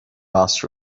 bus